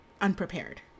unprepared